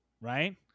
right